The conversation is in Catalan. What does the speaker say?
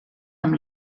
amb